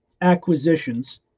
acquisitions